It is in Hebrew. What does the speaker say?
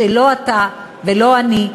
שלא אתה ולא אני,